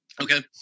Okay